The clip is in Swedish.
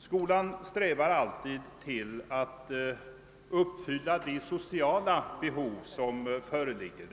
Skolan strävar efter att fylla de sociala behov som föreligger.